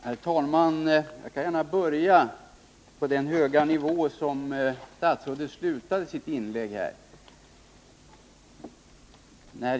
Herr talman! Jag kan gärna börja på den höga nivå som statsrådet slutade sitt inlägg.